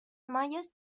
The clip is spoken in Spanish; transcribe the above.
mayas